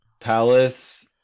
Palace